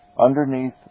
Underneath